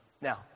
Now